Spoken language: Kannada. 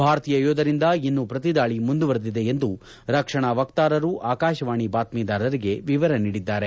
ಭಾರತೀಯ ಯೋಧರಿಂದ ಇನ್ನೂ ಪ್ರತಿದಾಳಿ ಮುಂದುವರೆದಿದೆ ಎಂದು ರಕ್ಷಣಾ ವಕ್ತಾರರು ಆಕಾಶವಾಣಿ ಬಾತ್ತೀದಾರರಿಗೆ ವಿವರ ನೀಡಿದ್ದಾರೆ